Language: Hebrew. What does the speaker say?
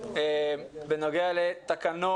בוקר טוב לחברי הכנסת,